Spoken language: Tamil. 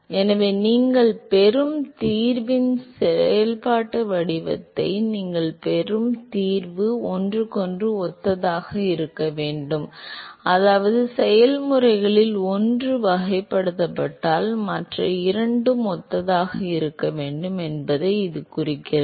எனவே நீங்கள் பெறும் தீர்வின் செயல்பாட்டு வடிவத்தை நீங்கள் பெறும் தீர்வு அவை ஒன்றுக்கொன்று ஒத்ததாக இருக்க வேண்டும் அதாவது செயல்முறைகளில் ஒன்று வகைப்படுத்தப்பட்டால் மற்ற இரண்டு ஒத்ததாக இருக்க வேண்டும் என்பதையும் இது குறிக்கிறது